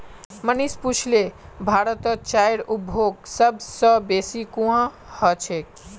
मनीष पुछले भारतत चाईर उपभोग सब स बेसी कुहां ह छेक